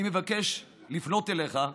אני מבקש לפנות אליך,